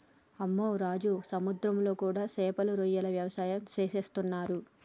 అమ్మె రాజు సముద్రంలో కూడా సేపలు రొయ్యల వ్యవసాయం సేసేస్తున్నరు